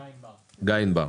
גיא ענבר,